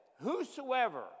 whosoever